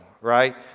Right